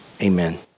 Amen